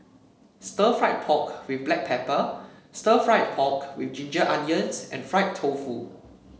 Stir Fried Pork with Black Pepper Stir Fried Pork with Ginger Onions and Fried Tofu